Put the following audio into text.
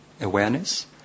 awareness